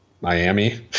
Miami